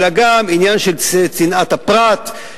אלא גם עניין של צנעת הפרט,